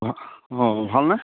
অ অঁ ভালনে